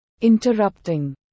Interrupting